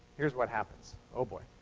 here's what happens. oh, boy.